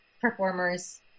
performers